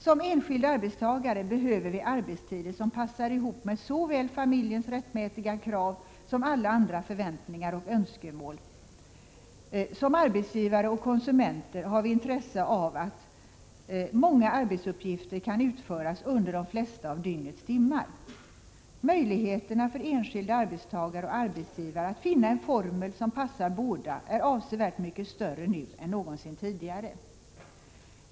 Som enskilda arbetstagare behöver vi arbetstider som passar ihop med såväl familjens rättmätiga krav som alla andra förväntningar och önskemål. Som arbetsgivare och konsumenter har vi intresse av att många arbetsuppgifter kan utföras under de flesta av dygnets timmar. Möjligheterna för enskilda arbetstagare och arbetsgivare att finna en formel som passar båda är avsevärt mycket större nu än någonsin tidigare.